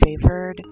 favored